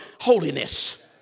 holiness